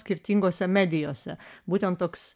skirtingose medijose būtent toks